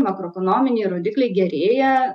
makroekonominiai rodikliai gerėja